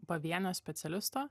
pavienio specialisto